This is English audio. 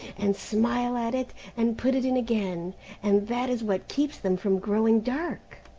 and smile at it, and put it in again and that is what keeps them from growing dark.